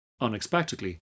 unexpectedly